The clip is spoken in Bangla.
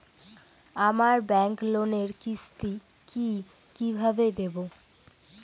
আমার ব্যাংক লোনের কিস্তি কি কিভাবে দেবো?